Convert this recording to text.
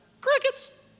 Crickets